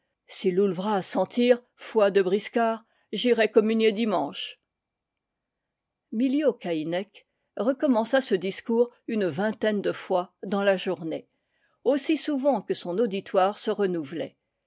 loull vraz s'en tire foi de briscard j'irai communier dimanche miliau camee recommença ce discours une vingtaine de fois dans la journée aussi souvent que son auditoire se renouvelait